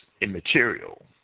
immaterial